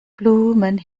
blumen